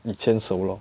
你牵手 lor